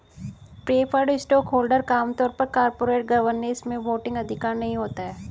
preferred stockholder का आम तौर पर कॉरपोरेट गवर्नेंस में वोटिंग अधिकार नहीं होता है